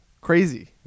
Crazy